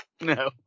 No